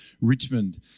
Richmond